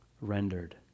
rendered